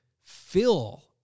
fill